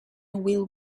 will